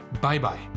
Bye-bye